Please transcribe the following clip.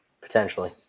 Potentially